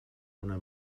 una